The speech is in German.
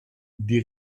die